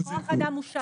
כמו איכילוב.